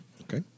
Okay